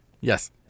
Yes